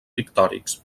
pictòrics